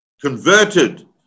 converted